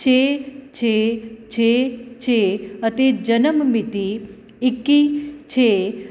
ਛੇ ਛੇ ਛੇ ਛੇ ਅਤੇ ਜਨਮ ਮਿਤੀ ਇੱਕੀ ਛੇ